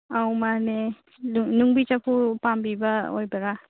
ꯑꯧ ꯃꯥꯅꯦ ꯅꯨꯡꯕꯤ ꯆꯗꯨ ꯄꯥꯝꯕꯤꯕ ꯑꯣꯏꯕꯔꯥ